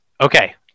Okay